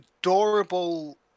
adorable